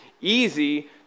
easy